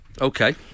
Okay